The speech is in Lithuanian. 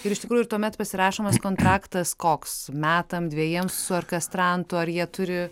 ir iš tikrųjų ir tuomet pasirašomas kontraktas koks metam dvejiem su orkestrantu ar jie turi